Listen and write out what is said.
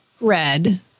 Red